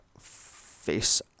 face